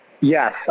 Yes